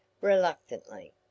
reluctantly